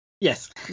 yes